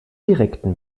direkten